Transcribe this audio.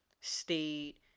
state